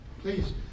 Please